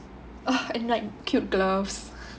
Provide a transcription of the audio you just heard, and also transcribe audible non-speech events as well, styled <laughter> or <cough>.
<breath> and like cute gloves